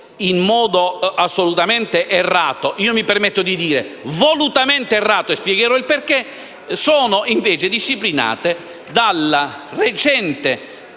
in modo assolutamente errato - mi permetto di dire volutamente errato e spiegherò il perché - sono invece disciplinate dal recente